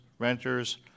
renters